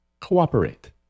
cooperate